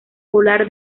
polar